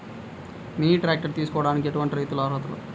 Mini tractor తీసుకోవడానికి ఎటువంటి రైతులకి అర్హులు?